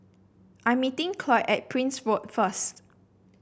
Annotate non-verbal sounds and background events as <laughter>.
I'm meeting <unintelligible> at Prince Road first